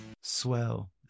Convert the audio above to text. Swell